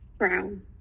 Brown